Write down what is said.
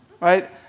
Right